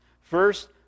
First